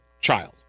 child